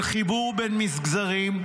של חיבור בין מגזרים,